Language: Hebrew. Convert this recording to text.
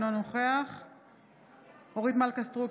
אינו נוכח אורית מלכה סטרוק,